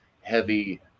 heavy